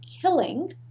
killing